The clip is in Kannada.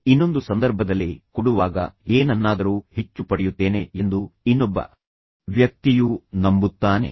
ಇನ್ನೊಂದು ಸಂದರ್ಭದಲ್ಲಿ ಸಮೃದ್ಧಿಯ ನಿಯಮವು ನಾನು ಕೊಡುತ್ತೇನೆ ಮತ್ತು ನಂತರ ಕೊಡುವಾಗ ನಾನು ಏನನ್ನಾದರೂ ಹೆಚ್ಚು ಪಡೆಯುತ್ತೇನೆ ಎಂದು ನಂಬುತ್ತದೆ ಮತ್ತು ಇನ್ನೊಬ್ಬ ವ್ಯಕ್ತಿಯೂ ನಂಬುತ್ತಾನೆ